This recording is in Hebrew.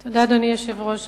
תודה, אדוני היושב-ראש.